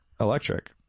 electric